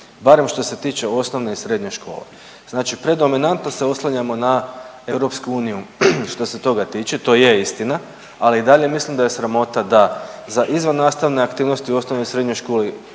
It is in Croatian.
barem što se tiče osnovne i srednje škole. Znači predominantno se oslanjamo na Europsku uniju što se toga tiče, to je istina, ali i dalje mislim da je sramota da za izvannastavne aktivnosti u osnovnoj i srednjoj školi